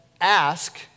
ask